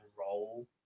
role